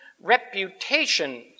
reputation